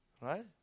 right